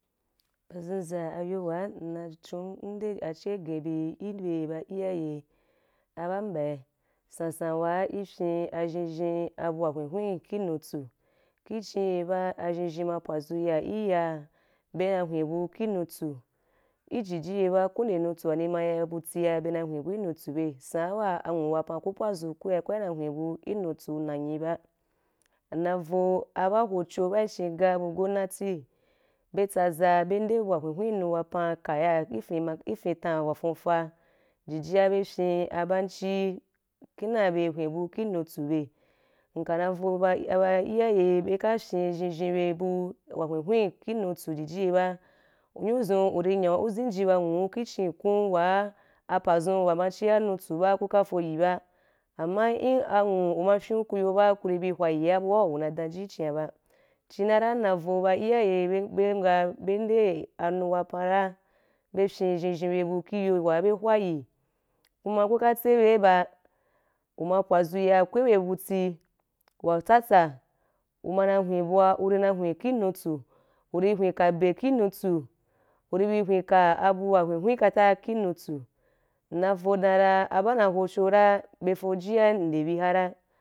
A zhenzain ayo nna chu nde achegen bi be ba iyaye a ba mbai sansan wa i fyen a ba shenshen abu wa hwen hwen ki nutsu ki chin ye ba a shenshen ma pwazu yaki yaa be na hwen bu ki nutsu i jiji ye ba ko wande nutsu wani ma ya ba abuti be na hwen bu ki nutsu be san wa anwu wapan ku pwadzu ku ya na hwen bu ki nutsu nanyi ba nna ri vou ba ho acho ki chi ga bu gonati be tsaza be nde abu wa hwen hwen ki nu wapan kaya ki fen ma ki fyen tan wa fuufa i jijia be fyen a banchìi kinde bye hwe abu ki nutsu be nka na vou ba iyaye be ka fyen zhen zhen be bu wa hwenhwen i nutsu ajiji ye ba nyunu zun wuri nya u zen ji ba abwu ki chi kun wa apa zun wa ma chia nutsu ba ku ka fo yi ba ama i amwu u ma fyen uyo ba ku ri bi hwa’a yii abu wa una dan ji ki chia ba chi nana nna vou ba iyaye be, be nga be ndo anu wapan ra, be fyen ba zhenzhen be bu ki yo wa ba hwayi kuma be ka tsebe ba u ma pwadzu ya ko ki be buti wa tsatsa u ma na hwen abua u hwe ki nutsu u ri hwe ka be ki nutsu u ri bi hwen ka abu wa hwen hwen kata ki nutsu nna vou dan ra a ba na ho cho ra be fo aji wa nde bi ra.